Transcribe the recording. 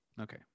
Okay